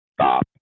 stop